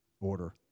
order